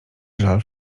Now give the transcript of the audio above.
żal